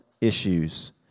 issues